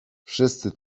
wszyscy